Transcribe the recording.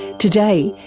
today,